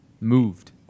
moved